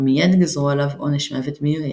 ומייד גזרו עליו עונש מוות בירייה.